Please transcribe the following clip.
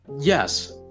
yes